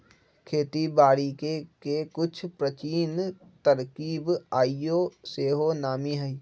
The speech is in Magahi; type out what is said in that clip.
खेती बारिके के कुछ प्राचीन तरकिब आइयो सेहो नामी हइ